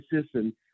system